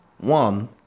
One